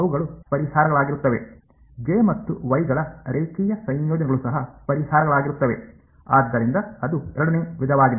ಅವುಗಳು ಪರಿಹಾರಗಳಾಗಿರುತ್ತವೆ ಜೆ ಮತ್ತು ವೈ ಗಳ ರೇಖೀಯ ಸಂಯೋಜನೆಗಳು ಸಹ ಪರಿಹಾರಗಳಾಗಿರುತ್ತವೆ ಆದ್ದರಿಂದ ಅದು ಎರಡನೇ ವಿಧವಾಗಿದೆ